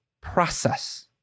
process